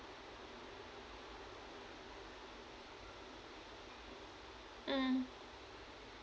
mm